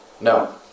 No